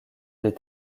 des